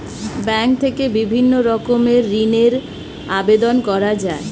bank থেকে বিভিন্ন রকমের ঋণের আবেদন করা যায়